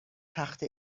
تخت